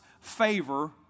favor